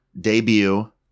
debut